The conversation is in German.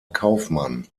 kaufmann